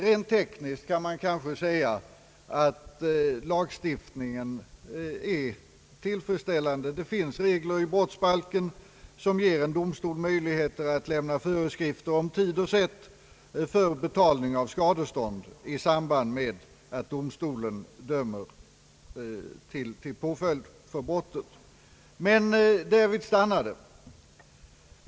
Rent tekniskt kan lagstiftningen kanske sägas vara tillfredsställande. Det finns regler i brottsbalken som ger domstol möjlighet att lämna föreskrifter om tid och sätt för betalning av skadestånd i samband med att domstolen dömer till påföljd för brottet. Men därvid stannar det.